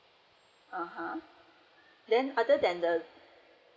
(uh huh) then other than the